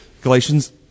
Galatians